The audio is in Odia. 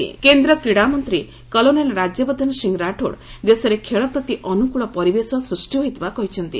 ରାଠୋଡ୍ ସ୍କୋଟସ୍ କେନ୍ଦ୍ର କ୍ରୀଡ଼ାମନ୍ତ୍ରୀ କଲୋନେଲ୍ ରାଜ୍ୟବର୍ଦ୍ଧନ ସିଂହ ରାଠୋଡ୍ ଦେଶରେ ଖେଳ ପ୍ରତି ଅନୁକୂଳ ପରିବେଶ ସୃଷ୍ଟି ହୋଇଥିବା କହିଛନ୍ତି